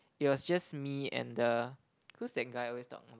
it was just me and the who's that guy always talk about